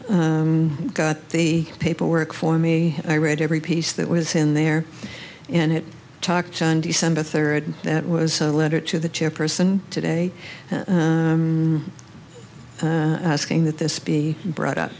wonderful got the paperwork for me i read every piece that was in there and it talked on december third and that was a letter to the chairperson today asking that this be brought